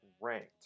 ranked